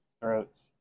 throats